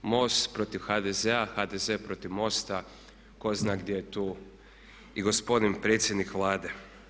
MOST protiv HDZ-a, HDZ protiv MOST-a, ko zna gdje je tu i gospodin predsjednik Vlade.